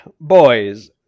boys